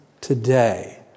today